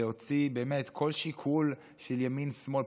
להוציא באמת כל שיקול של ימין שמאל,